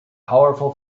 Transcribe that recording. powerful